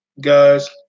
guys